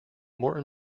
more